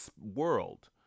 world